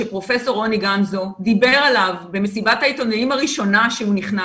שפרופ' רוני גמזו דיבר עליו במסיבת העיתונאים הראשונה שהוא נכנס,